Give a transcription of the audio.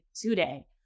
today